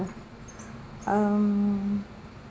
um